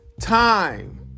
time